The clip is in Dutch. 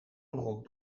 rond